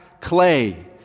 clay